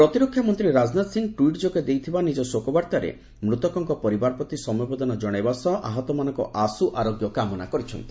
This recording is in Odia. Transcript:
ପ୍ରତିରକ୍ଷା ମନ୍ତ୍ରୀ ରାଜନାଥ ସିଂହ ଟ୍ୱିଟ୍ ଯୋଗେ ଦେଇଥିବା ନିକ ଶୋକବାର୍ତ୍ତାରେ ମୃତକଙ୍କ ପରିବାର ପ୍ରତି ସମବେଦନା ଜଣାଇବା ସହ ଆହତମାନଙ୍କ ଆଶୁ ଆରୋଗ୍ୟ କାମନା କରିଛନ୍ତି